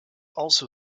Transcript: also